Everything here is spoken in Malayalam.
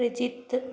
പ്രജിത്ത്